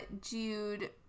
Jude